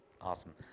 Awesome